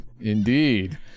Indeed